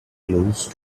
close